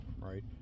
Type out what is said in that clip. right